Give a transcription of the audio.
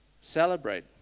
celebrate